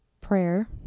prayer